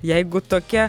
jeigu tokia